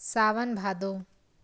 सावन भादो